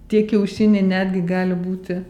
tie kiaušiniai netgi gali būti